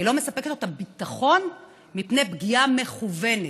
היא לא מספקת לו את הביטחון מפני פגיעה מכוונת.